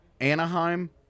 Anaheim